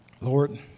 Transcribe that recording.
Lord